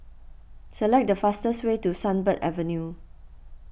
select the fastest way to Sunbird Avenue